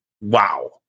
wow